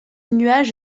nuage